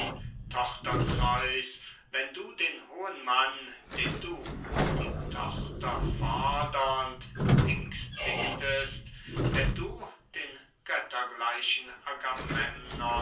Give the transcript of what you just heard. tochter zeus wenn du den hohen mann den du die tochter fordernd ängstigtest wenn du den